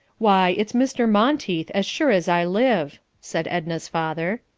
why, it's mr. monteith, as sure as i live, said edna's father.